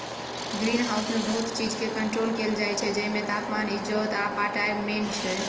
green हाउसमे बहुत चीजकेँ कंट्रोल कएल जाइत छै जाहिमे तापमान, इजोत आ पटाएब मेन छै